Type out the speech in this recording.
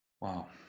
Wow